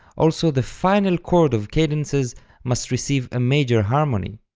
also the final chords of cadences must receive a major harmony,